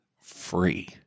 free